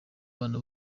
abana